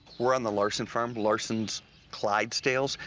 we're on the larson farm, larson's clydesdales.